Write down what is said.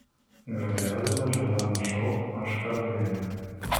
grandiozinio džordanos šou aš karalienė